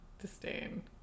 disdain